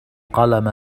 قلم